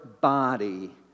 body